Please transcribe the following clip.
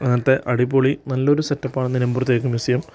അങ്ങനത്തെ അടിപൊളി നല്ലൊരു സെറ്റപ്പാണ് നിലമ്പൂർ തേക്ക് മ്യൂസിയം